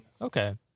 okay